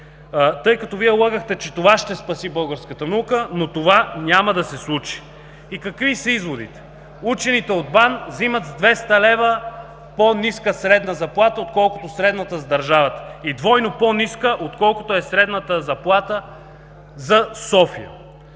наука? Вие лъгахте, че това ще спаси българската наука, но това няма да се случи. Какви са изводите? Учените от БАН взимат 200 лв. по-ниска средна заплата, отколкото е средната заплата за държавата и двойно по-ниска, отколкото е средната заплата за София.